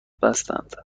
بستند